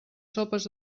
sopes